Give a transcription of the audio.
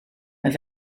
maar